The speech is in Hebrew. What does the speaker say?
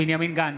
בנימין גנץ,